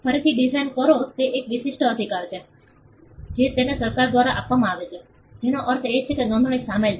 ફરીથી ડિઝાઇન કરો તે એક વિશિષ્ટ અધિકાર છે જે તેને સરકાર દ્વારા આપવામાં આવે છે જેનો અર્થ છે કે તેમાં નોંધણી શામેલ છે